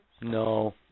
No